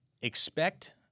Expect